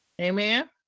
amen